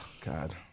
God